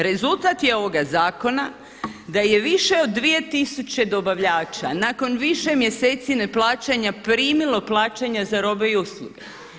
Rezultat je ovoga zakona da je više od 2000 dobavljača nakon više mjeseci neplaćanja primilo plaćanje za robe i usluge.